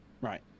right